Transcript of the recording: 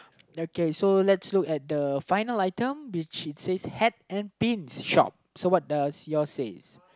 okay so let's look at the final item which it says hat and pin shop so what does yours says